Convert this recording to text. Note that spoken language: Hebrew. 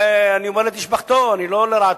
אני אומר את זה לשבחו, לא לרעתו.